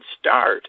start